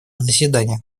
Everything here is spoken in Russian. заседания